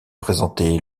présenté